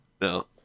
No